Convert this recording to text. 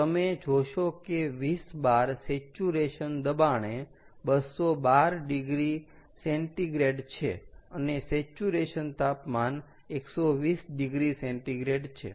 તમે જોશો કે 20 bar સેચ્યુરેશન દબાણે 212॰ C છે અને સેચ્યુરેશન તાપમાન 120॰ છે